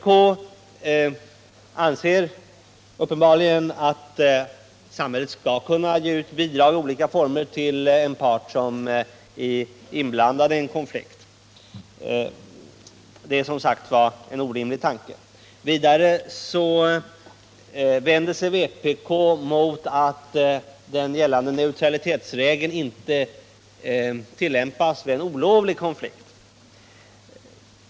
Vpk anser uppenbarligen att samhället skall kunna ge ut olika bidrag till en part som är inblandad i en konflikt. Jag anser det vara en orimlig tanke. Vidare vänder sig vpk mot att den gällande neutralitetsregeln inte tillämpas vid olovlig konflikt.